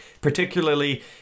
particularly